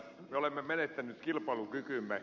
me olemme menettäneet kilpailukykymme